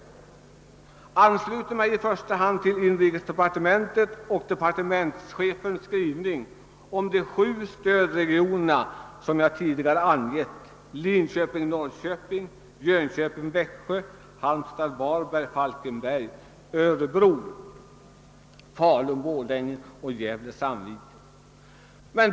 Jag ansluter mig i första hand till inrikesdepartementets skrivning om de sju stödregioner som jag tidigare och Gävle—Sandviken.